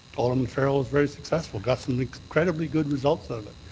alderman farrell was very successful. got some incredibly good results of that,